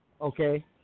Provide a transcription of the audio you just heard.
Okay